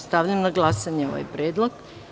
Stavljam na glasanje ovaj predlog.